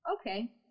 okay